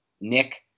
Nick